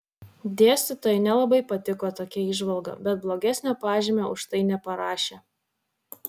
dėstytojai nelabai patiko tokia įžvalga bet blogesnio pažymio už tai neparašė